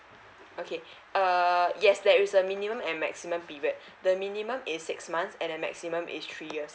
okay uh yes there is a minimum and maximum period the minimum is six months at the maximum is three years